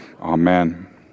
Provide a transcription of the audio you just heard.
Amen